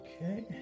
Okay